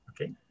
Okay